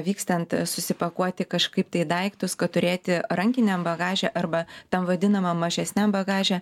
vykstant susipakuoti kažkaip tai daiktus kad turėti rankiniam bagaže arba tam vadinamam mažesniam bagaže